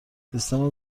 سیستم